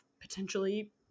potentially